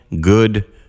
good